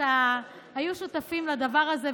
היו שותפים לדבר הזה,